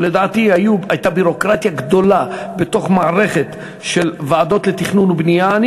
ולדעתי הייתה ביורוקרטיה גדולה בתוך המערכת של ועדות לתכנון ובנייה.